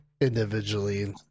individually